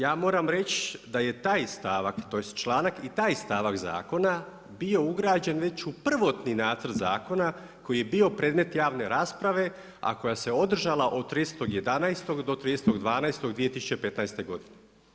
Ja moram reći da je taj članak i taj stavak zakona bio ugrađen već u prvotni nacrt zakona koji je bio predmet javne rasprave a koja se održala od 30.11. do 30.12.2015. godine.